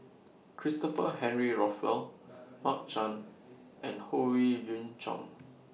Christopher Henry Rothwell Mark Chan and Howe Yoon Chong